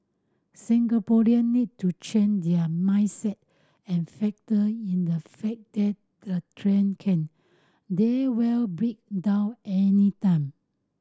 Singaporean need to change their mindset and factor in the fact that the train can they will break down anytime